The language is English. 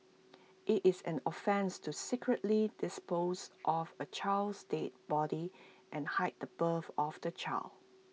IT is an offence to secretly dispose of A child's dead body and hide the birth of the child